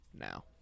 now